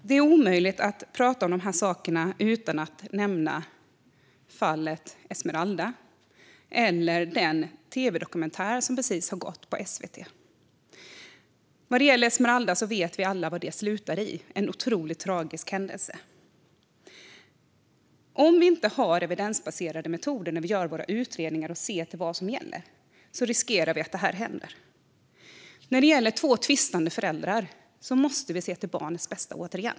Det är omöjligt att tala om dessa saker utan att nämna fallet Esmeralda eller den tv-dokumentär som precis har gått på SVT. Vad gäller Esmeralda vet vi alla vad det slutade i - en otroligt tragisk händelse. Om vi inte har evidensbaserade metoder när vi gör våra utredningar och ser till vad som gäller riskerar vi att detta händer. När det gäller två tvistande föräldrar måste vi se till barnets bästa.